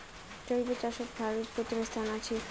জৈব চাষত ভারত প্রথম স্থানত আছি